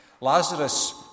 Lazarus